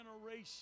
generation